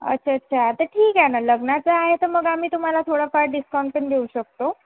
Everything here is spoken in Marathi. अच्छा अच्छा तर ठीक आहे ना लग्नाचं आहे तर मग आम्ही तुम्हाला थोडंफार डिस्काउंट पण देऊ शकतो